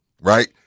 right